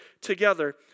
together